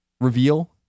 reveal